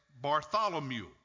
Bartholomew